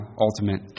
ultimate